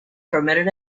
permitted